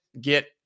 get